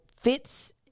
fits